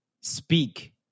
speak